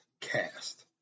cast